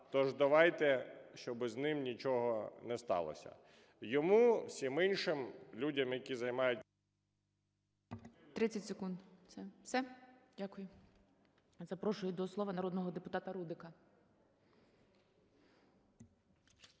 тож давайте, щоби з ним нічого не сталося. Йому, всім іншим людям, які займають… ГОЛОВУЮЧИЙ. 30 секунд. Це все? Дякую. Запрошую до слова народного депутата Рудика.